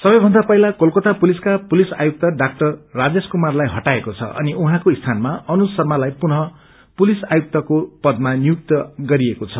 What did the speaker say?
सबैभन्दा पहिला कलकता पुलिसका पुलिस आयुक्त डा राजेश कुमारलाई हटाएको छ अनि उछौंको स्थानमा अनुज शर्मालाई पुनः पुलिस आयुक्तर्को पदमा नियुक्त गरिएको छ